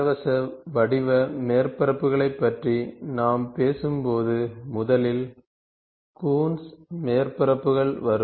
இலவச வடிவ மேற்பரப்புகளைப் பற்றி நாம் பேசும்போது முதலில் கூன்ஸ் மேற்பரப்புகள் வரும்